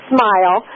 Smile